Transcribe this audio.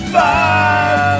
five